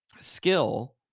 skill